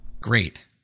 Great